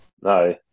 No